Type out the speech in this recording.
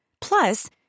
Plus